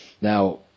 Now